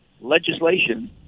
legislation